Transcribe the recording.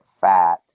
fat